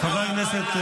את הפשעים של חמאס תגני.